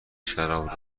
شراب